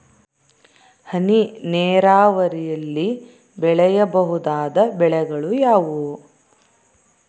ಹನಿ ನೇರಾವರಿಯಲ್ಲಿ ಬೆಳೆಯಬಹುದಾದ ಬೆಳೆಗಳು ಯಾವುವು?